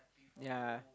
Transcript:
ya